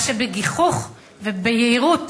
אז כשבגיחוך וביהירות